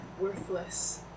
worthless